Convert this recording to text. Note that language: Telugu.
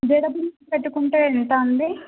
జడ బిళ్ళలు పెట్టుకుంటే ఎంత అండి